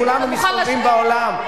כולנו מסתובבים בעולם,